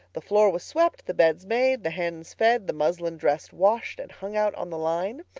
the floor was swept, the beds made, the hens fed, the muslin dress washed and hung out on the line.